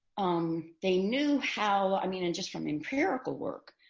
um they knew how, i mean, and just from empirical work.